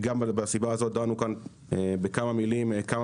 גם בסיבה הזאת דנו כאן בכמה מילים כמה